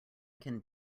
can